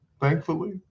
thankfully